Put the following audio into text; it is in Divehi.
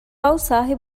ޞައްލަﷲ